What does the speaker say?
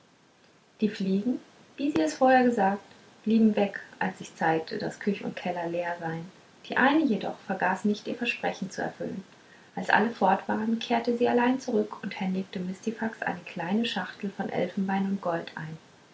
die fliegen wie sie es vorher gesagt blieben weg als sich zeigte daß küch und keller leer seien die eine jedoch vergaß nicht ihr versprechen zu erfüllen als alle fort waren kehrte sie allein zurück und händigte mistifax eine kleine schachtel von elfenbein und gold ein